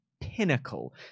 pinnacle